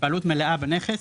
- בעלות מלאה בנכס,